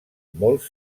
molts